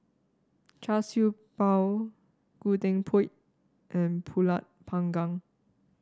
Char Siew Bao Gudeg Putih and pulut panggang